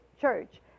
church